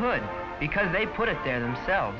hood because they put it there and sell